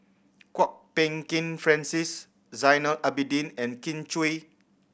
Kwok Peng Kin Francis Zainal Abidin and Kin Chui